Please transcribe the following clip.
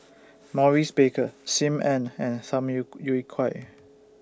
Maurice Baker SIM Ann and Tham Yu Yui Kai